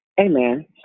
Amen